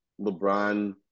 LeBron